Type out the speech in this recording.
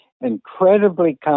incredibly